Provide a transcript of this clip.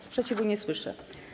Sprzeciwu nie słyszę.